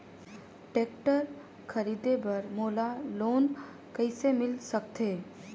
Tractor खरीदे बर मोला लोन कइसे मिल सकथे?